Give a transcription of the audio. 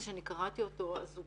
קראתי אותו אז הוא